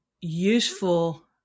useful